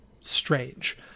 strange